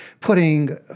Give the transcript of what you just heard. putting